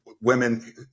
women